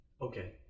Okay